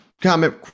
comment